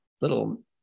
little